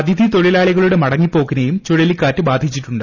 അതിഥി തൊഴിലാളികളുടെ മടങ്ങിപ്പോക്കിനെയും ചുഴലിക്കാറ്റ് ബാധിച്ചിട്ടുണ്ട്